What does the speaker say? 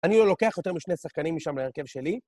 אני לא לוקח יותר משני שחקנים משם להרכב שלי.